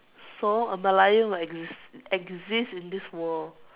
so a Merlion will exist exist in this world